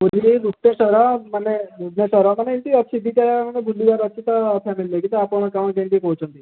ପୁରୀ ଗୁପ୍ତେଶ୍ଵର ମାନେ ଗୁପ୍ତେଶ୍ଵର ମାନେ ଏମିତି ଅଛି ଦିଟା ଜାଗା ଖଣ୍ଡେ ବୁଲିବାର ଅଛି ଫ୍ୟାମିଲି ନେଇକି ତ ଆପଣ କ'ଣ କେମିତି କହୁଛନ୍ତି